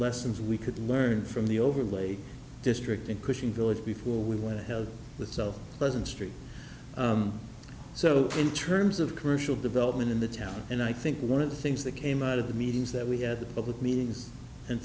lessons we could learn from the over lake district in pushing village before we went to hell with so pleasant street so in terms of commercial development in the town and i think one of the things that came out of the meetings that we had the public meetings and